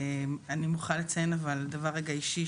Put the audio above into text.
אני מוכרחה לציין דבר אישי,